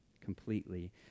completely